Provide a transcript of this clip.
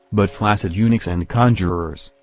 but flaccid eunuchs and conjurers.